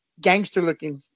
gangster-looking